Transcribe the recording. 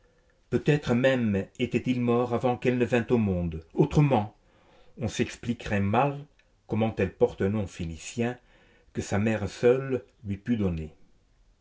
peut-être même était-il mort avant qu'elle ne vint au monde autrement on s'expliquerait mal comment elle porte un nom phénicien que sa mère seule lui put donner